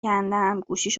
کندم، گوشیش